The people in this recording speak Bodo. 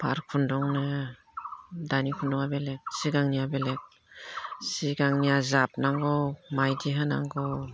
फाद खुन्दुंनो दानि खुन्दुआं बेलेग सिगांनिया बेलेग सिगांनिया जाबनांगौ माइदि होनांगौ